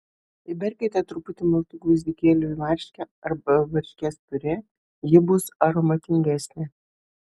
įberkite truputį maltų gvazdikėlių į varškę arba varškės piurė ji bus aromatingesnė